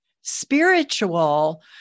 Spiritual